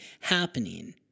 happening